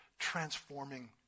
transforming